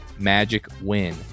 MAGICWIN